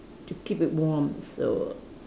to keep it warm so